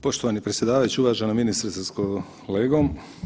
Poštovani predsjedavajući, uvažena ministrice s kolegom.